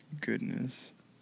goodness